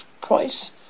Christ